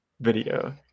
video